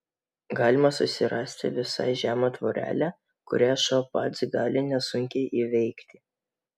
galima susirasti visai žemą tvorelę kurią šuo pats gali nesunkiai įveikti